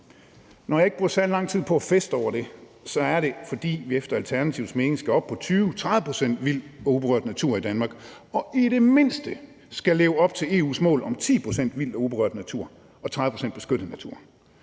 Når jeg ikke bruger særlig lang tid på at feste over det, er det, fordi vi efter Alternativets mening skal op på 20-30 pct. vild og uberørt natur i Danmark og i det mindste skal leve op til EU's mål om 10 pct. vild og uberørt natur og 30 pct. beskyttet natur.